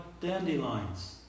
dandelions